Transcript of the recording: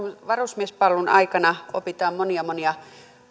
varusmiespalvelun aikana opitaan monia monia